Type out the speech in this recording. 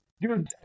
Dude